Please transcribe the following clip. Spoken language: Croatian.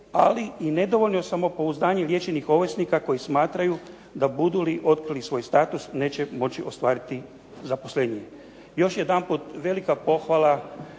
ali i nedovoljno samopouzdanje liječenih ovisnika koji smatraju da budu li otkrili svoj status neće moći ostvariti zaposlenje. Još jedanput velika pohvala